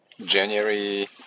January